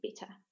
better